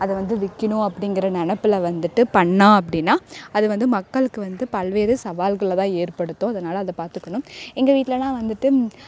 அதை வந்து விற்கினும் அப்படிங்குற நினப்புல வந்துட்டு பண்ணால் அப்படினா அது வந்து மக்களுக்கு வந்து பல்வேறு சவால்களை தான் ஏற்படுத்தும் அதனால் அதை பார்த்துக்கணும் எங்கள் வீட்டிலலாம் வந்துட்டு